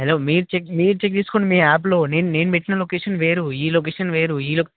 hello మీరు check మీరు check చేసుకోండి మీ యాప్లో నేను నేను పెట్టిన లొకేషన్ వేరు ఈ లొకేషన్ వేరు ఈ